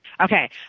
okay